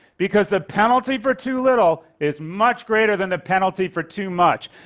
because the penalty for too little is much greater than the penalty for too much.